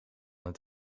het